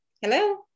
Hello